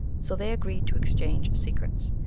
so they agreed to exchange secrets,